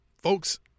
folks